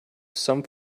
some